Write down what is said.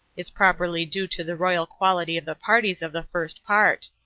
it's properly due to the royal quality of the parties of the first part.